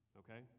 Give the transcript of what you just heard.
okay